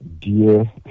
dear